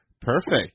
Perfect